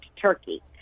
Turkey